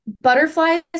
Butterflies